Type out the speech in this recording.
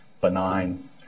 benign